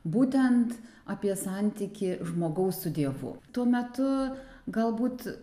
būtent apie santykį žmogaus su dievu tuo metu galbūt